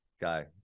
guy